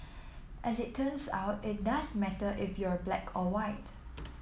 as it turns out it does matter if you're black or white